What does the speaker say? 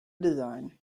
design